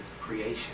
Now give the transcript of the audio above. creation